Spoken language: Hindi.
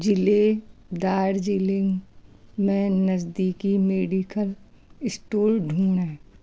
ज़िले दार्जीलिंग में नज़दीकी मेडिकल एस्टोर ढूँढें